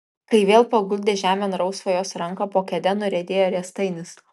kai vėl paguldė žemėn rausvą jos ranką po kėde nuriedėjo riestainis